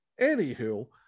Anywho